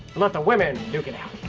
let the women duke it out.